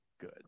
good